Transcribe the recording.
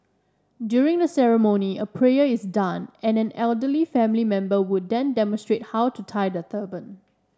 during the ceremony a prayer is done and an elderly family member would then demonstrate how to tie the turban